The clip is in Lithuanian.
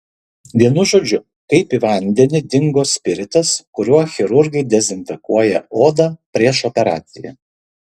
vienu žodžiu kaip į vandenį dingo spiritas kuriuo chirurgai dezinfekuoja odą prieš operaciją